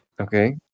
Okay